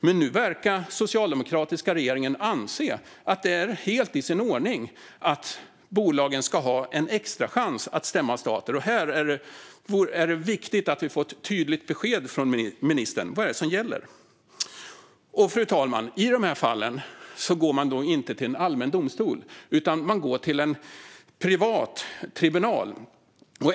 Men nu verkar den socialdemokratiska regeringen anse att det är helt i sin ordning att bolagen ska ha en extrachans att stämma stater. Här är det viktigt att vi får ett tydligt besked från ministern. Vad är det som gäller? Fru talman! I de här fallen går man inte till en allmän domstol, utan man går till en privat tribunal.